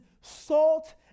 salt